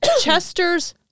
Chester's